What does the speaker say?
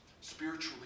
spiritually